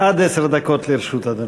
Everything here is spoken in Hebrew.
עד עשר דקות לרשות אדוני.